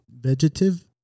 vegetative